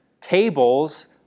tables